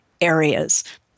Areas